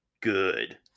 good